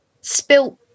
spilt